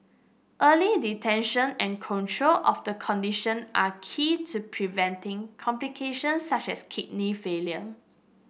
early detection and control of the condition are key to preventing complications such as kidney failure